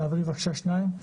בבקשה תעבירו.